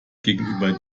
gegenüber